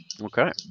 Okay